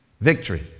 Victory